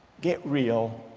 get real